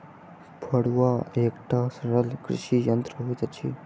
फड़ुआ एकटा सरल कृषि यंत्र होइत अछि